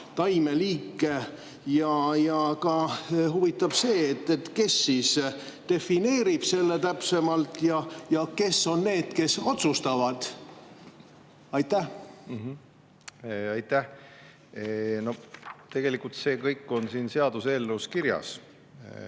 taimeliike. Ja mind huvitab see, kes defineerib selle täpsemalt ja kes on need, kes otsustavad. Aitäh! Tegelikult see kõik on siin seaduseelnõus kirjas.